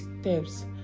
steps